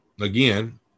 again